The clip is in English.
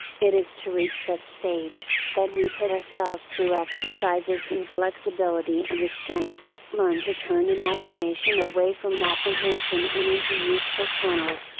it is to reach that stage, that we put ourselves through exercises in flexibility and restraint, learn to turn imagination away from apprehension and into useful channels,